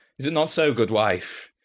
is it not so, good wife?